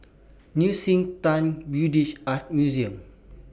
Nei Xue Tang Buddhist Art Museum